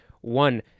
One